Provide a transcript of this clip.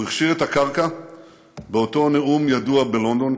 הוא הכשיר את הקרקע באותו נאום ידוע בלונדון,